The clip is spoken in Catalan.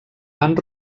van